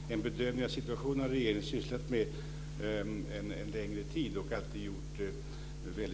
Fru talman! Javisst, en bedömning av situationen har regeringen sysslat med en längre tid, och alltid gjort